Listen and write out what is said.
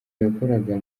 yakoraga